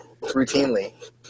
routinely